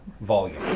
volume